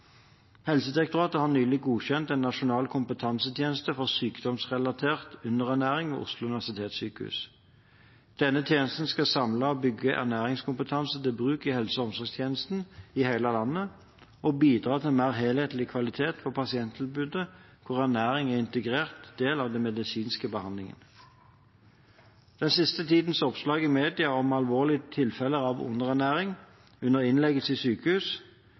Helsedirektoratet har nylig godkjent en nasjonal kompetansetjeneste for sykdomsrelatert underernæring ved Oslo universitetssykehus. Denne tjenesten skal samle og bygge ernæringskompetanse til bruk i helse- og omsorgstjenesten i hele landet, og bidra til en mer helhetlig kvalitet på pasienttilbudet hvor ernæring er en integrert del av den medisinske behandlingen. Den siste tidens oppslag i mediene om alvorlige tilfeller av underernæring under innleggelse i sykehus